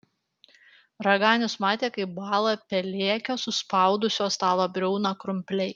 raganius matė kaip bąla pelėkio suspaudusio stalo briauną krumpliai